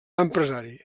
empresari